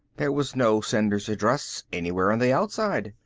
there was no sender's address anywhere on the outside.